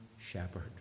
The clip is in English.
shepherd